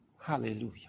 Hallelujah